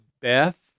Beth